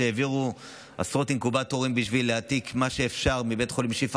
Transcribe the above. העבירו עשרות אינקובטורים בשביל להעתיק מה שאפשר מבית החולים שיפא.